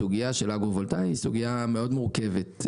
הסוגייה של האגרו-וולטאית היא סוגייה מאוד מורכבת,